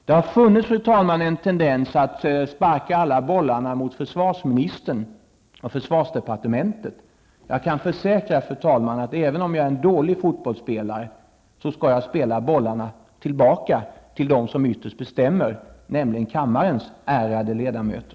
Det har, fru talman, funnits en tendens att sparka alla bollarna mot försvarsministern och försvarsdepartementet. Jag kan, fru talman, försäkra, att även om jag är en dålig fotbollsspelare, skall jag spela bollarna tillbaka till dem som ytterst bestämmer, nämligen kammarens ärade ledamöter.